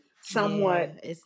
Somewhat